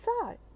side